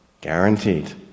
Guaranteed